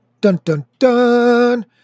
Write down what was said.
Dun-dun-dun